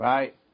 Right